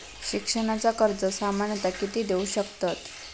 शिक्षणाचा कर्ज सामन्यता किती देऊ शकतत?